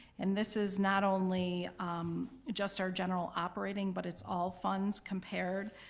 and this is not only just our general operating, but it's all funds compared.